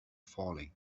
falling